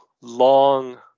long